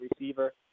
receiver